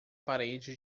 parede